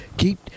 Keep